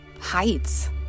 heights